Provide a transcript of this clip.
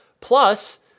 Plus